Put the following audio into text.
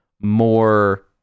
more